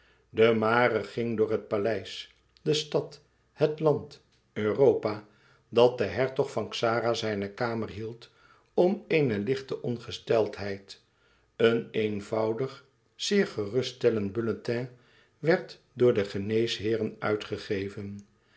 de mare ging door het paleis de stad het land europa dat de hertog van xara zijne kamer hield om eene lichte ongesteldheid een eenvoudig zeer geruststellend bulletin werd door de geneesheeren uitgegeven